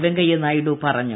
വെങ്കയ്യനായിഡു പറഞ്ഞു